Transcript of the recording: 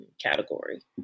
category